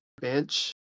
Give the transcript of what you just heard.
bench